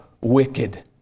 wicked